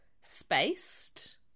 spaced